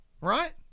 right